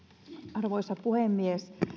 arvoisa puhemies